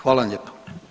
Hvala vam lijepo.